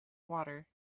water